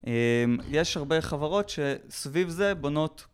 יש הרבה חברות שסביב זה בונות